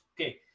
Okay